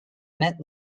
meant